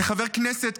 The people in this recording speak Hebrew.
כחבר כנסת,